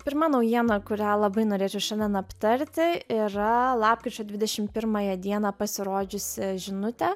pirma naujiena kurią labai norėčiau šiandien aptarti yra lapkričio dvidešim pirmąją dieną pasirodžiusi žinutė